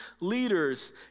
leaders